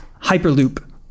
Hyperloop